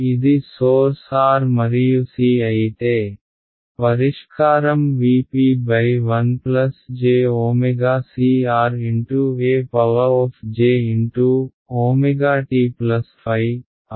ఇది source R మరియు C అయితే పరిష్కారం V p 1 j ω c R e j ω t ϕఅవుతుంది